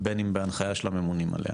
ובין אם בהנחיה של הממונים עליה